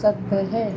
सकते हैं